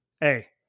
hey